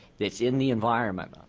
it's in the environment.